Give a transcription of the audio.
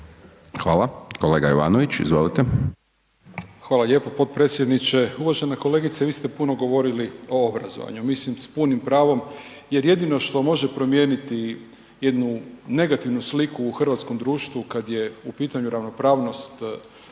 izvolite. **Jovanović, Željko (SDP)** Hvala lijepo potpredsjedniče. Uvažena kolegice vi ste puno govorili o obrazovanju, mislim s punim pravom jer jedino što može promijeniti jednu negativnu sliku u hrvatskom društvu kad je u pitanju ravnopravnost spolova